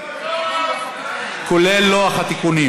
זה כולל את לוח התיקונים